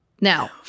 Now